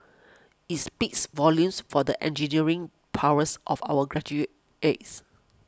it speaks volumes for the engineering prowess of our graduates